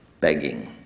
begging